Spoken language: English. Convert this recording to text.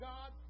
God